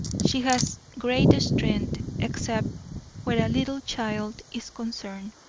she has great strength except where a little child is concerned.